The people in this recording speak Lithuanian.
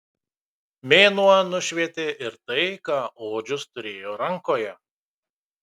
mėnuo nušvietė ir tai ką odžius turėjo rankoje